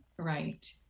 Right